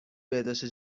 بهداشت